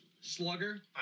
Slugger